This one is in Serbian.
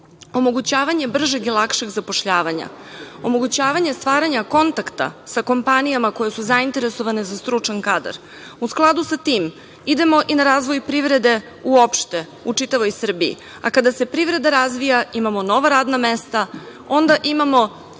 omogućavanje bržeg i lakšeg zapošljavanja, omogućavanje stvaranja kontakta sa kompanijama koje su zainteresovane za stručan kadar.U skladu sa tim idemo i na razvoj privrede uopšte u čitavoj Srbiji, a kada se privreda razvija imamo nova radna mesta, onda